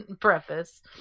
preface